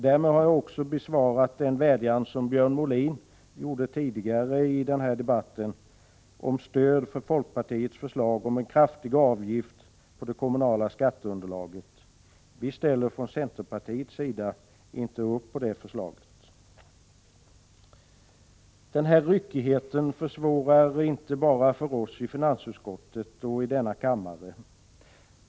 Därmed har jag också lämnat ett besked med anledning av Björn Molins vädjan tidigare i debatten om stöd för folkpartiets förslag om en kraftig avgift på det kommunala skatteunderlaget. Ryckigheten försvårar inte bara arbetet för oss i finansutskottet och i denna kammare.